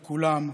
לכולם,